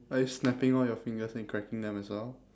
are you snapping all your fingers and cracking them as well